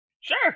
Sure